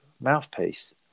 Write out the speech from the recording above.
mouthpiece